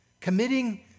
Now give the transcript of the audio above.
committing